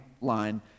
line